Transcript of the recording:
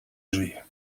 żyje